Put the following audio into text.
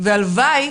והלוואי